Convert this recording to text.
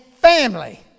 family